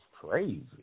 crazy